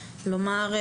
נאמר: